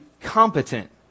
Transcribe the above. competent